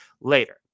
later